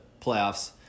playoffs